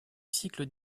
cycle